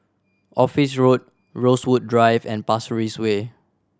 Office Road Rosewood Drive and Pasir Ris Way